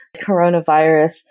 coronavirus